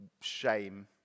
shame